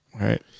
Right